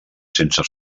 sense